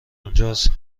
اونجاست